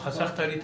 חסכת לי את